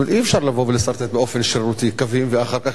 אי-אפשר לבוא ולסרטט באופן שרירותי קווים ואחר כך